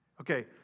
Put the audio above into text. Okay